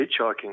hitchhiking